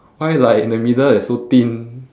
why like the middle is so thin